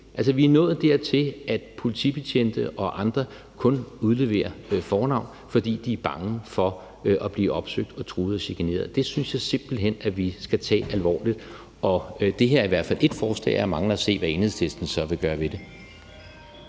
Vi er nået dertil, hvor politibetjente og andre kun udleverer fornavne, fordi de er bange for at blive opsøgt, truet og chikaneret. Det synes jeg simpelt hen at vi skal tage alvorligt, og det her er i hvert fald ét forslag. Jeg mangler at se, hvad Enhedslisten så vil gøre ved det.